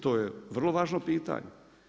To je vrlo važno pitanje.